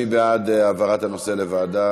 מי בעד העברת הנושא לוועדה?